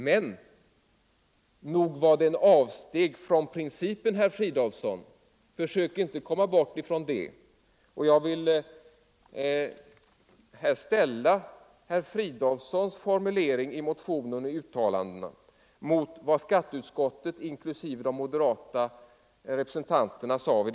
Men försök inte, herr Fridolfsson, komma bort ifrån att det var ett avsteg från principen. Jag vill här ställa herr Fridolfssons formulering i motionen och hans uttalanden mot vad skatteutskottet inklusive de moderata representanterna har sagt.